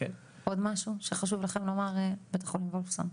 עוד משהו שחשוב לכם לומר, בית החולים וולפסון?